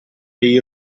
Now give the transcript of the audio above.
dei